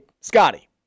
Scotty